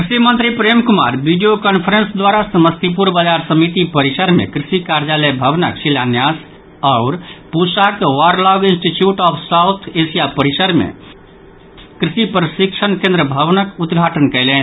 कृषि मंत्री Prem Kumar video conference द्वारा समस्तीपुर बाजार समिति परिसर मे कृषि कार्यालय भवनक शिलान्यास आओर पूसाक Borlaug Institute of South Asia परिसर मे कृषि प्रशिक्षण केंद्र भवनक उद्घाटन कयलनि